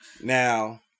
Now